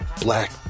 black